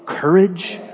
courage